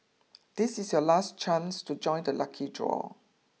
this is your last chance to join the lucky draw